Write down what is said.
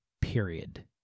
period